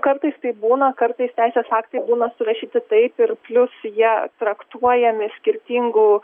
kartais taip būna kartais teisės aktai būna surašyti taip ir plius jie traktuojami skirtingų